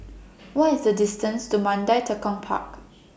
What IS The distance to Mandai Tekong Park